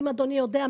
אם אדוני יודע,